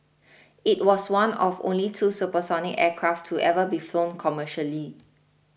it was one of only two supersonic aircraft to ever be flown commercially